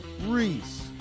Reese